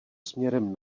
směrem